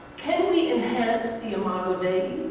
can we enhance the imago dei?